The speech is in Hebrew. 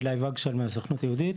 עילי וגשל מהסוכנות היהודית.